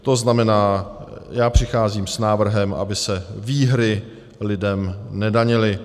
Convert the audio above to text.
To znamená, přicházím s návrhem, aby se výhry lidem nedanily.